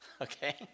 okay